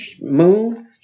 moon